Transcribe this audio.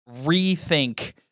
rethink